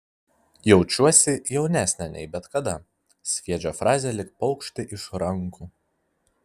jaučiuosi jaunesnė nei bet kada sviedžia frazę lyg paukštį iš rankų